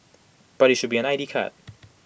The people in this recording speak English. but IT should be an I D card